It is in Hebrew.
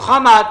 מוחמד